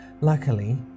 Luckily